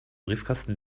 briefkasten